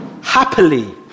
Happily